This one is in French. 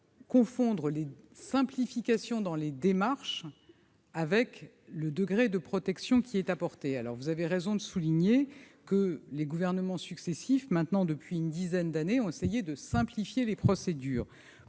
confondre la simplification des démarches avec le degré de protection apporté. Vous avez raison de souligner que les gouvernements successifs, depuis une dizaine d'années, ont essayé de simplifier les procédures,